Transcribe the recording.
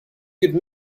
could